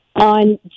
on